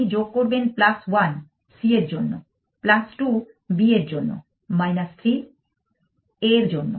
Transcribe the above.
আপনি যোগ করবেন 1 c এর জন্য 2 b এর জন্য 3 a এর জন্য